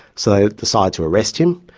so decided to arrest him.